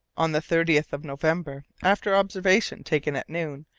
on the thirtieth of november, after observation taken at noon,